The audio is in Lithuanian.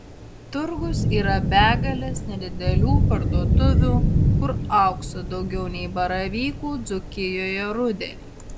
turgus yra begalės nedidelių parduotuvių kur aukso daugiau nei baravykų dzūkijoje rudenį